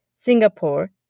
Singapore